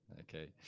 Okay